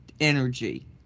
energy